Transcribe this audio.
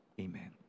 Amen